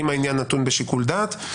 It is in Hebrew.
אם העניין נתון בשיקול דעת.